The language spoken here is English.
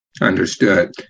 Understood